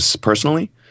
personally